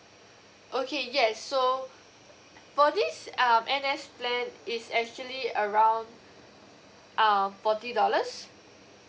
okay yes so for this um N_S plan it's actually around uh forty dollars